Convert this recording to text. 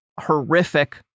horrific